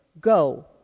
go